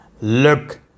Look